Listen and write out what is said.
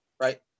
Right